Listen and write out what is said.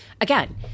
again